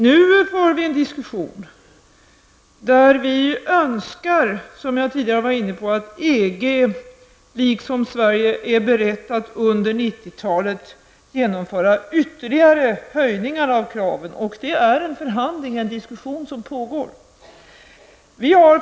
Nu för vi en diskussion där vi önskar, som jag tidigare var inne på, att EG liksom Sverige är berett att under 90-talet höja kravet ytterligare. Det är en diskussion som pågår.